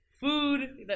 food